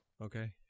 okay